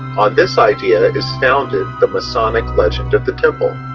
on this idea is founded the masonic legend of the temple.